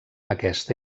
aquesta